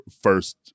first